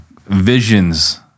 visions